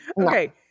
okay